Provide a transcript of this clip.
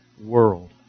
world